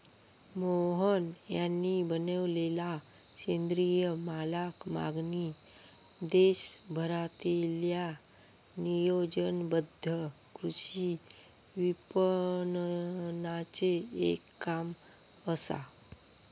मोहन यांनी बनवलेलला सेंद्रिय मालाक मागणी देशभरातील्या नियोजनबद्ध कृषी विपणनाचे एक काम असा